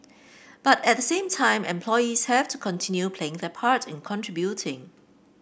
but at the same time employees have to continue playing their part in contributing